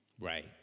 Right